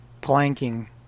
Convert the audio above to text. planking